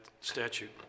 statute